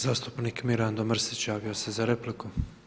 Zastupnik Mirando Mrsić javio se za repliku.